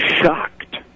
shocked